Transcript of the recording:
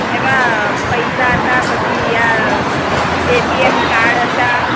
એમાં પૈસા હતા પછી આ એટીએમ કાર્ડ હતાં